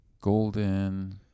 golden